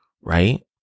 right